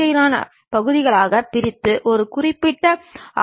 இதில் பொருளின் அளவு அரிதாகவே மாறுகிறது